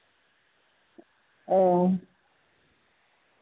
ᱚᱻ